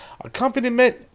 accompaniment